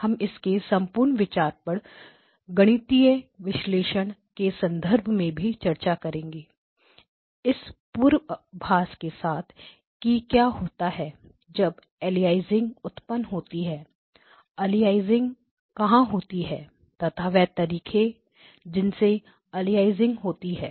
हम इसके संपूर्ण विचार पर गणितीय विश्लेषण के संदर्भ में भी चर्चा करेंगे इस पूर्वाभास के साथ कि क्या होता है जब अलियासिंग उत्पन्न होती है अलियासिंग कहां होती है तथा वह तरीके जिनसे अलियासिंग होती है